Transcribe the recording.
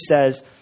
says